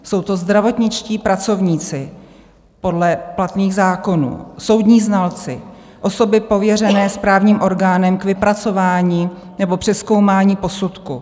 Jsou to zdravotničtí pracovníci podle platných zákonů, soudní znalci, osoby pověřené správním orgánem k vypracování nebo přezkoumání posudku.